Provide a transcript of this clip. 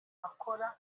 akora